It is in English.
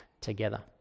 together